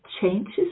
changes